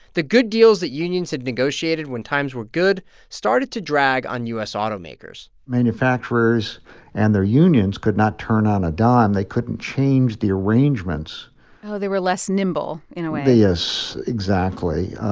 the good deals that unions had negotiated when times were good started to drag on u s. automakers manufacturers and their unions could not turn on a dime. they couldn't change the arrangements oh, they were less nimble in a way yes, exactly.